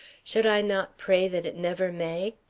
should i not pray that it never may?